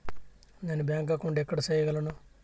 నేను bank account ఎక్కడ సేయగలను